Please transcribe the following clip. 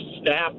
staff